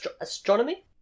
astronomy